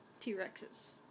T-Rexes